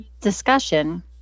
discussion